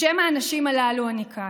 בשם האנשים הללו אני כאן.